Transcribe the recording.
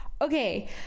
Okay